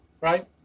right